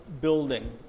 building